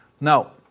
Now